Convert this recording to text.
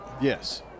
Yes